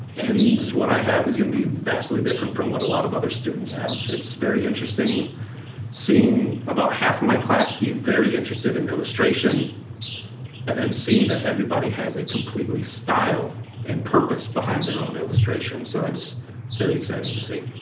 and what i have is gonna be vastly different from what a lot of other students have. it's very interesting seeing about half my class being very interested in illustration and then seeing that everybody has a completely style and purpose behind their own illustration. so that's very exciting to see.